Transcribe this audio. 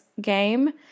game